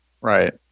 Right